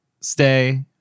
Stay